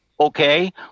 okay